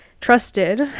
Trusted